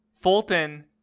Fulton